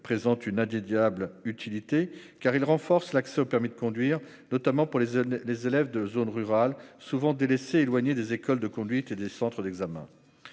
présente une indéniable utilité, car il renforce l'accès au permis de conduire, notamment pour les élèves des zones rurales souvent délaissés et éloignés des écoles de conduite et des centres d'examen.